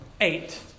Eight